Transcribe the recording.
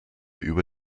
über